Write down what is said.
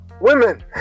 women